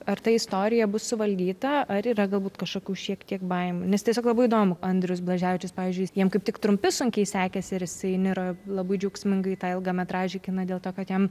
ar ta istorija bus suvaldyta ar yra galbūt kažkokių šiek tiek baimių nes tiesiog labai įdomu andrius blaževičius pavyzdžiui jiem kaip tik trumpi sunkiai sekėsi ir jisai įniro labai džiaugsmingai tą ilgametražį kiną dėl to kad jam